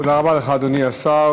תודה רבה לך, אדוני השר.